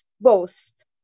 boast